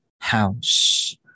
house